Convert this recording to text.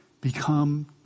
become